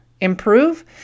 improve